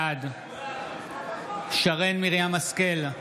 בעד שרן מרים השכל,